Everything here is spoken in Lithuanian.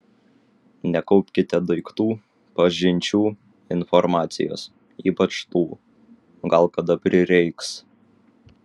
nekaupkite daiktų pažinčių informacijos ypač tų gal kada prireiks